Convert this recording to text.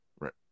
right